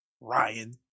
Ryan